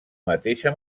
mateixa